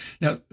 Now